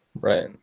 Right